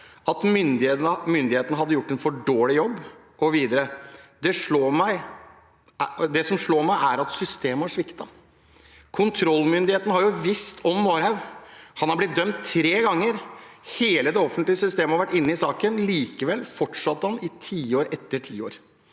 at myndighetene hadde gjort en for dårlig jobb. Han sa videre: «Det som slår meg, er at systemet har sviktet. Kontrollmyndighetene har jo visst om Varhaug. Han er blitt dømt tre ganger. Hele det offentlige systemet har vært inne i saken. Likevel fortsatte han i tiår etter tiår.